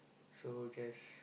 so just